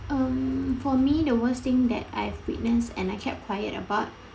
um for me the worst thing that I've witness and I kept quiet about